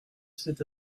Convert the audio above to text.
cet